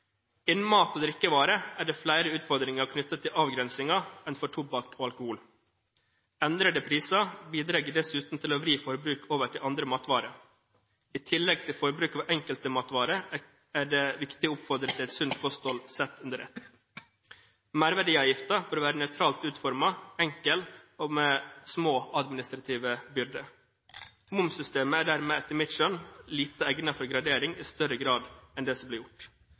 Innen mat- og drikkevarer er det flere utfordringer knyttet til avgrensninger enn for tobakk og alkohol. Endrede priser bidrar dessuten til å vri forbruk over til andre matvarer. I tillegg til forbruk av enkelte matvarer er det viktig å oppfordre til et sunt kosthold sett under ett. Merverdiavgiften bør være nøytralt utformet, enkel og med små administrative byrder. Momssystemet er dermed, etter mitt skjønn, lite egnet for gradering i større grad enn det som blir gjort.